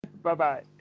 Bye-bye